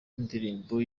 indirimbo